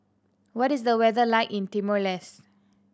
what is the weather like in Timor Leste